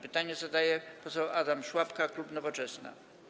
Pytanie zadaje poseł Adam Szłapka, klub Nowoczesna.